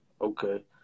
Okay